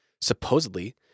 Supposedly